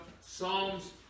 Psalms